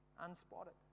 Unspotted